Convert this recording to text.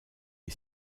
est